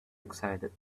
excited